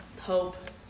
hope